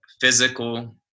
physical